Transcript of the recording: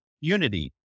unity